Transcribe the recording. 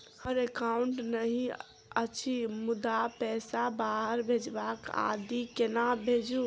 हमरा एकाउन्ट नहि अछि मुदा पैसा बाहर भेजबाक आदि केना भेजू?